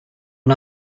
and